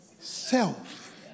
self